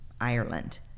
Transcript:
Ireland